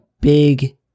big